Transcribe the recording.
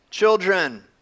Children